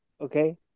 okay